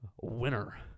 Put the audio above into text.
Winner